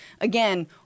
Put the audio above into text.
again